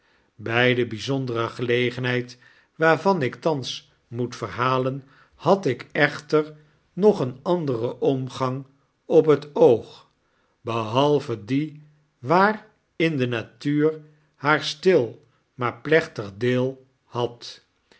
de byzondere gelegenheid waarvan ik thans moet verhalen had ik echter nog een anderen omgang op het oog behalve dien waarin de natuur haar stil maar plechtig deel had